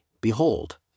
Behold